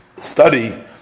study